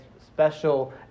special